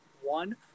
one